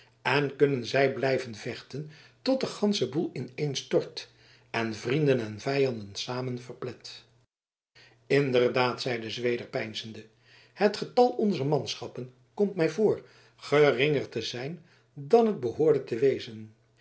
en kunnen zij blijven vechten tot de gansche boel ineenstort en vrienden en vijanden samen verplet inderdaad zeide zweder peinzende het getal onzer manschappen komt mij voor geringer te zijn dan het behoorde te wezen